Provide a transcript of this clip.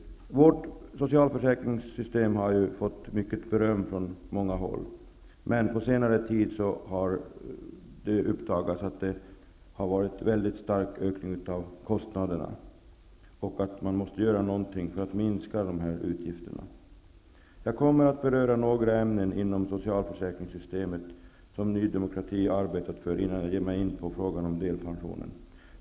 Vårt socialförsäkringssystem har fått beröm från många håll. Men på senare tid har det uppdagats att kostnaderna har stigit väldigt starkt. Någonting måste göras för att minska utgifterna. Jag kommer att beröra några ämnen inom socialförsäkringssystemet som Ny demokrati har arbetat för, innan jag ger mig in på frågan om delpension.